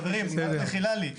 אבל, חברים, מחילה לי.